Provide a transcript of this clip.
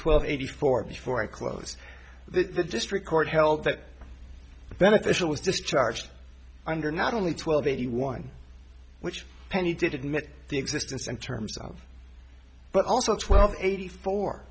twelve eighty four before i close the district court held that beneficial was discharged under not only twelve eighty one which penny did admit the existence in terms of but also twelve eighty four